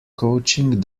coaching